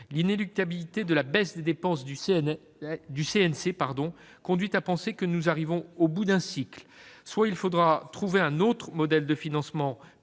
l'inéluctabilité de la baisse des dépenses du CNC conduit à penser que nous arrivons au bout d'un cycle : il faudra trouver un autre modèle de financement